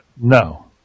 No